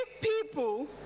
people